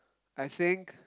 I think